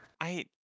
I-